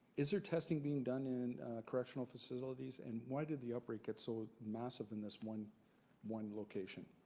is there testing being done in correctional facilities? and why did the outbreak get so massive in this one one location?